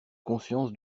conscience